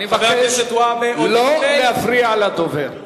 אני מבקש לא להפריע לדובר.